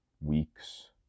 week's